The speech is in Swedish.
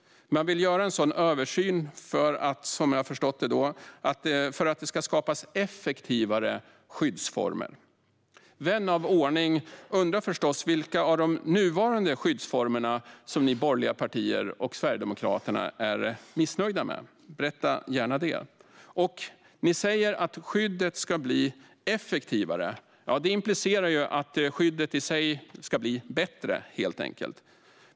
Man vill låta göra en sådan översyn för att det, som jag har förstått det, ska skapas effektivare skyddsformer. Vän av ordning undrar förstås vilka av de nuvarande skyddsformerna som ni borgerliga partier och Sverigedemokraterna är missnöjda med. Berätta gärna det! Ni säger också att skyddet ska bli effektivare. Det implicerar ju att skyddet helt enkelt ska bli bättre.